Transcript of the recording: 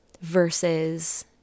versus